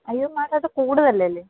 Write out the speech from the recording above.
അയ്യോ മാം അത് കൂടുതലല്ലേ